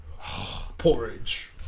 porridge